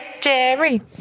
Jerry